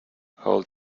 hold